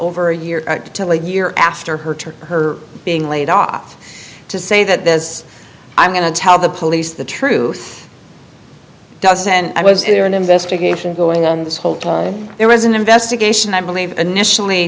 over a year until a year after her took her being laid off to say that this i'm going to tell the police the truth does and i was there an investigation going on this whole time there was an investigation i believe initially